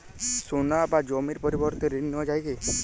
সোনা বা জমির পরিবর্তে ঋণ নেওয়া যায় কী?